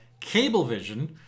Cablevision